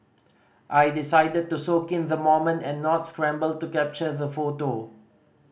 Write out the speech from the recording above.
I decided to soak in the moment and not scramble to capture the photo